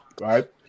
right